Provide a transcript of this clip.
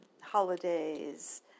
holidays